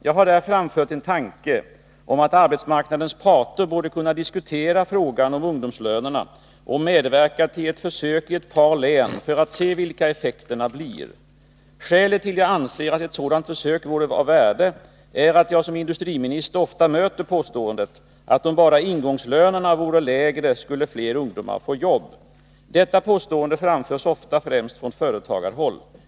Jag har där framfört en tanke om att arbetsmarknadens parter borde kunna diskutera frågan om ungdomslönerna och medverka till ett försök i ett par län för att se vilka effekterna blir. Skälet till att jag anser att ett sådant försök vore av värde är att jag som industriminister ofta möter påståendet att om bara ingångslönerna vore lägre skulle fler ungdomar få jobb. Detta påstående framförs ofta, främst från företagarhåll.